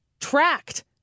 tracked